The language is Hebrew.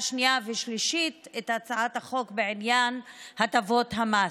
שנייה ושלישית את הצעת החוק בעניין הטבות המס.